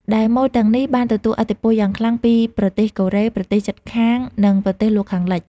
ដែលម៉ូដទាំងនេះបានទទួលឥទ្ធិពលយ៉ាងខ្លាំងពីប្រទេសកូរ៉េ ប្រទេសជិតខាង និងប្រទេសលោកខាងលិច។